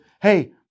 hey